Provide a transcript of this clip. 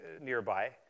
nearby